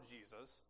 Jesus